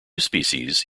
species